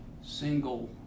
single